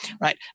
right